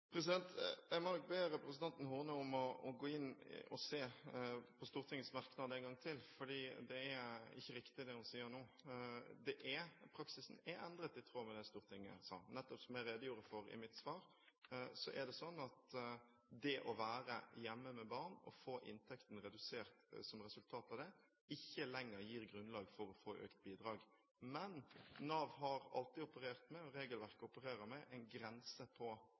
hun sier nå. Praksisen er endret i tråd med det Stortinget sa. Som jeg nettopp redegjorde for i mitt svar, er det sånn at det å være hjemme med barn og få inntekten redusert som resultat av dette gir ikke lenger grunnlag for å få økt bidrag. Men Nav har alltid operert med, og regelverket opererer med, en grense på